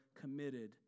committed